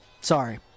sorry